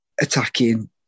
attacking